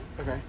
Okay